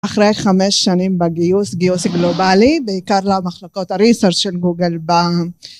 אחרי חמש שנים בגיוס, גיוס גלובלי, בעיקר למחלוקות ה-research של גוגל, ב...